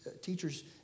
teachers